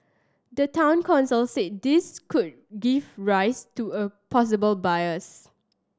the Town Council said this could give rise to a possible bias